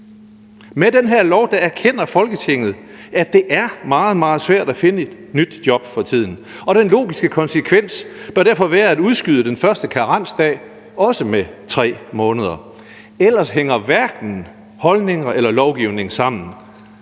Med den her lov erkender Folketinget, at det er meget, meget svært at finde et nyt job for tiden, og den logiske konsekvens bør derfor være at udskyde den første karensdag også med 3 måneder, ellers hænger hverken holdninger eller lovgivning sammen.